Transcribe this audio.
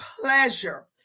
pleasure